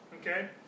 Okay